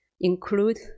include